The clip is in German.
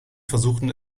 versuchten